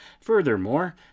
Furthermore